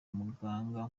umuganga